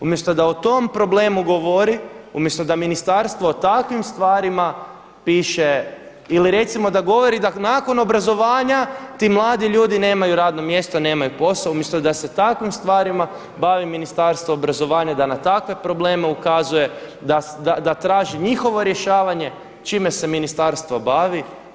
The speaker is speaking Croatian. Umjesto da o tom problemu govori, umjesto da ministarstvo o takvim stvarima piše ili recimo da govori da nakon obrazovanja ti mladi ljudi nemaju radno mjesto, nemaju posao umjesto da se takvim stvarima bavi Ministarstvo obrazovanje, da na takve probleme ukazuje, da traži njihovo rješavanje čime se ministarstvo bavi?